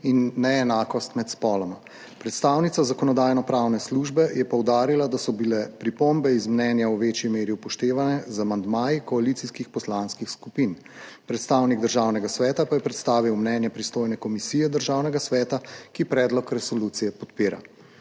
in neenakost med spoloma. Predstavnica Zakonodajno-pravne službe je poudarila, da so bile pripombe iz mnenja v večji meri upoštevane z amandmaji koalicijskih poslanskih skupin. Predstavnik Državnega sveta pa je predstavil mnenje pristojne komisije Državnega sveta, ki predlog resolucije podpira.